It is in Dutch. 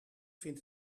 vind